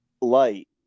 light